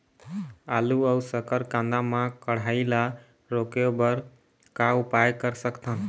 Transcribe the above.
आलू अऊ शक्कर कांदा मा कढ़ाई ला रोके बर का उपाय कर सकथन?